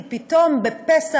ולכן אני רוצה לבטל את התאגיד.